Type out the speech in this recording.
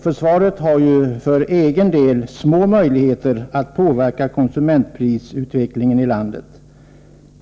Försvaret har ju för egen del små möjligheter att påverka konsumentprisutvecklingen i landet.